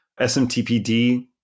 SMTPD